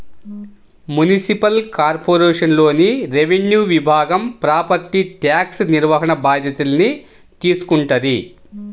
municipal కార్పొరేషన్లోని revenue విభాగం property tax నిర్వహణ బాధ్యతల్ని తీసుకుంటది